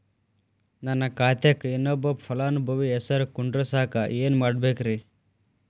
ನನ್ನ ಖಾತೆಕ್ ಇನ್ನೊಬ್ಬ ಫಲಾನುಭವಿ ಹೆಸರು ಕುಂಡರಸಾಕ ಏನ್ ಮಾಡ್ಬೇಕ್ರಿ?